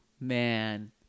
man